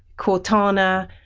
cortana,